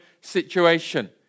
situation